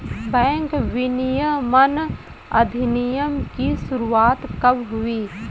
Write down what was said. Bank विनियमन अधिनियम की शुरुआत कब हुई?